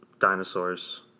dinosaurs